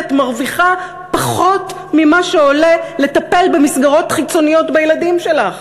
כי את מרוויחה פחות ממה שעולה לטפל במסגרות חיצוניות בילדים שלך.